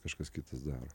kažkas kitas daro